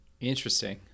Interesting